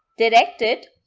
directed,